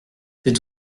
c’est